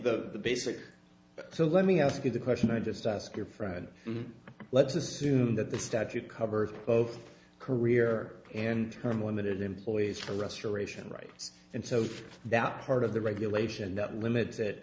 the basic so let me ask you the question i just ask your friend let's assume that the statute cover both career and term limited employees for restoration rights and so that part of the regulation that limit